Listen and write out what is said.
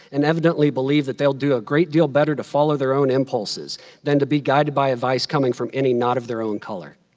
and evidently believe that they'll do a great deal better to follow their own impulses than to be guided by advice coming from any not of their own color.